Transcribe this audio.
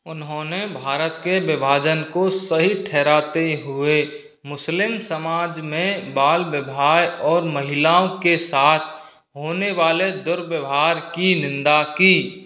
उन्होंने भारत के विभाजन को सही ठहराते हुए मुस्लिम समाज में बाल विवाह और महिलाओं के साथ होने वाले दुर्व्यवहार की निंदा की